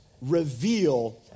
reveal